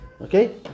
Okay